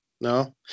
No